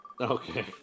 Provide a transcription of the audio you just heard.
Okay